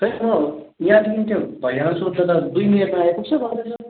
खै अँ यहाँदेखि त्यो भैयालाई सोध्दा त दुई मिनेटमा आइपुग्छ भन्दै थियो